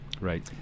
Right